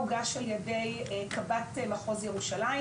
הוגש על ידי קב"ט מחוז ירושלים,